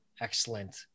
excellent